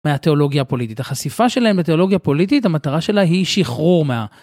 מהתיאולוגיה הפוליטית, החשיפה שלהם בתיאולוגיה פוליטית, המטרה שלה היא שחרור מה...